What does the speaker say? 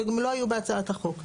אבל גם לא היו בהצעת החוק.